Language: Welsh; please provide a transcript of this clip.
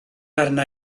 arna